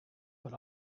but